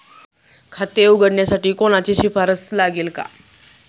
खाते उघडण्यासाठी कोणाची शिफारस लागेल का?